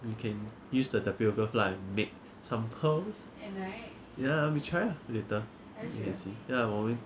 you can use the tapioca flour and make some pearls ya we try ah later you can see ya 我们